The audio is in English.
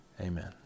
Amen